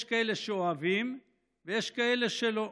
יש כאלה שאוהבים ויש כאלה שלא.